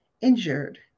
injured